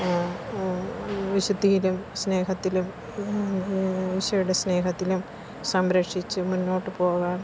വിശുദ്ധിയിലും സ്നേഹത്തിലും ഈശോയുടെ സ്നേഹത്തിലും സംരക്ഷിച്ച് മുന്നോട്ട് പോകാൻ